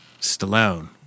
Stallone